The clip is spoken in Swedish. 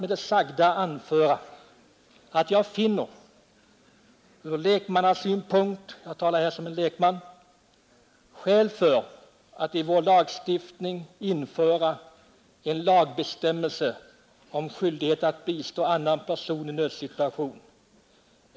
brottmål Herr talman! Som lekman anser jag att det finns skäl för att i vår lagstiftning införa bestämmelser av denna innebörd.